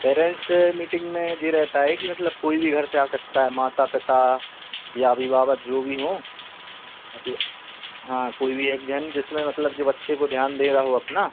parents meeting में ये रहता है कि मतलब कोई भी घर से आ सकता है माता पिता या अभिवावक जो भी हों मतलब हाँ कोई भी एक जन जिसमें मतलब जो बच्चे को ध्यान दे रहा हो अपना